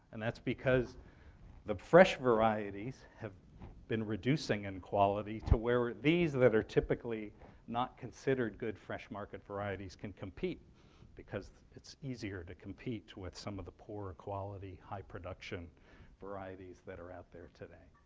and that's because the fresh varieties have been reducing in quality to where these that are typically not considered good fresh-market varieties can compete because it's easier to compete with some of the poor-quality, high-production varieties that are out there today.